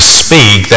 speak